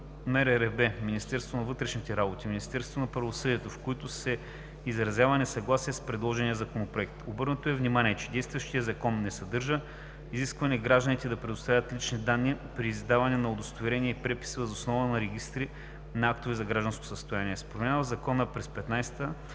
Министерството на вътрешните работи и Министерство на правосъдието, в които се изразява несъгласие с предложения Законопроект. Обърнато е внимание, че действащият Закон не съдържа изискване гражданите да предоставят лични данни при издаване на удостоверения и преписи въз основа на регистрите на актовете за гражданското състояние. С промените в Закона през 2015